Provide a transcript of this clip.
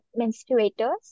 menstruators